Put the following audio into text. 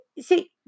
See